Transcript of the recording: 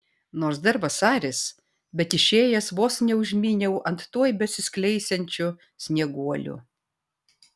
nors dar vasaris bet išėjęs vos neužmyniau ant tuoj besiskleisiančių snieguolių